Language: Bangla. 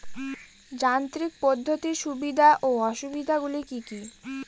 যান্ত্রিক পদ্ধতির সুবিধা ও অসুবিধা গুলি কি কি?